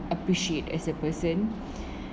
appreciate as a person